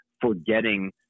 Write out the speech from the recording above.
forgetting